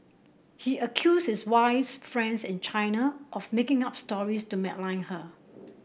he accused his wife's friends in China of making up stories to malign her